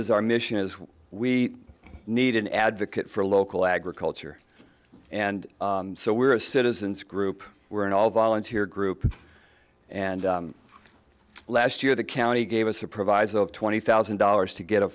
is our mission is we need an advocate for local agriculture and so we're a citizens group we're an all volunteer group and last year the county gave us a proviso of twenty thousand dollars to get a